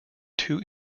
two